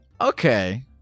Okay